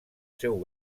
seu